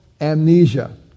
amnesia